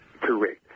Correct